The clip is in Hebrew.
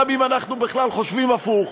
גם אם אנחנו בכלל חושבים הפוך.